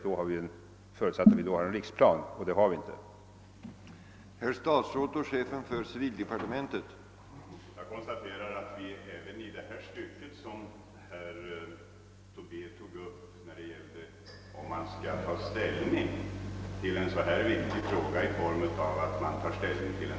Det skulle förutsätta att vi hade en riksplan då, vilket vi inte har.